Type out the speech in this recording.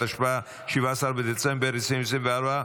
התשפ"ה-2024,